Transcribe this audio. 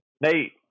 Nate